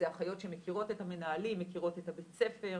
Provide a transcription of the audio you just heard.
זה אחיות שמכירו את המנהלים, מכירות את בית הספר,